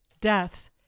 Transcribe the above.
death